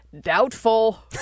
doubtful